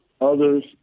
others